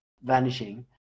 vanishing